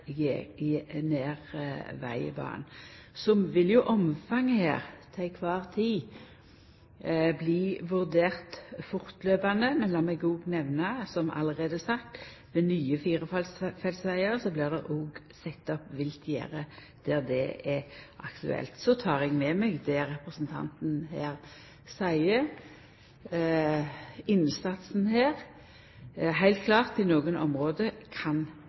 vil omfanget her til kvar tid bli vurdert fortløpande, men lat meg òg nemna, som allereie sagt, at ved nye firefeltsvegar blir det òg sett opp viltgjerde der det er aktuelt. Så tek eg med meg det representanten her seier – innsatsen her kan heilt klart på nokre område